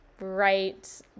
right